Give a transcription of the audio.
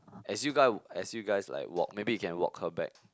as you guy as you guys like walk maybe you can walk her back